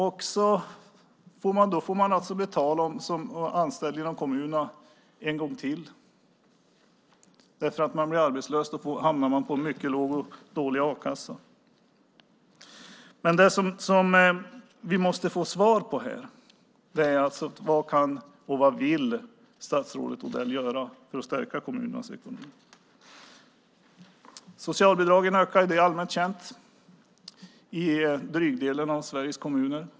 Då får man alltså betala dem som varit anställda genom kommunerna en gång till, för när man blir arbetslös hamnar man på en mycket låg och dålig a-kassa. Det vi måste få svar på här är alltså: Vad kan, och vad vill, statsrådet Odell göra för att stärka kommunernas ekonomi? Socialbidragen ökar - det är allmänt känt - i större delen av Sveriges kommuner.